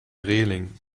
reling